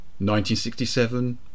1967